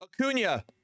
Acuna